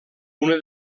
una